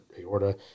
aorta